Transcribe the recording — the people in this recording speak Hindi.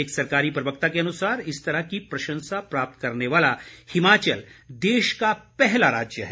एक सरकारी प्रवक्ता के अनुसार इस तरह की प्रशंसा प्राप्त करने वाला हिमाचल देश का पहला राज्य है